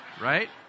right